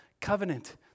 covenant